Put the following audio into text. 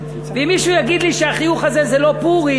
ואם מישהו יגיד לי שהחיוך הזה זה לא פורים,